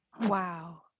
Wow